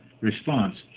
response